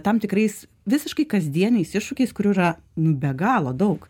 tam tikrais visiškai kasdieniais iššūkiais kurių yra nu be galo daug